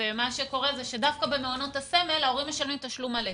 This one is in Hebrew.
ומה שקורה שדווקא במעונות הסמל ההורים משלמים תשלום מלא.